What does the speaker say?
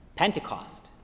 Pentecost